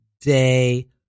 day